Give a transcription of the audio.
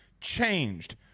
changed